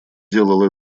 делал